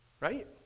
Right